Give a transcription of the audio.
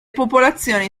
popolazioni